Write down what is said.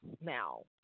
now